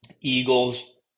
Eagles